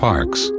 Parks